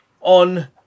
on